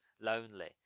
lonely